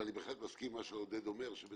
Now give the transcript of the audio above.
אני בהחלט מסכים עם מה שעודד אומר שבית